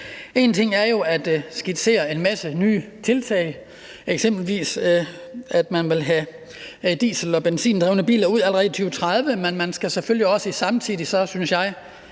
med, at man skitserer en masse nye tiltag. F.eks. vil man have diesel- og benzindrevne biler udfaset allerede i 2030, men man skal selvfølgelig samtidig, synes jeg,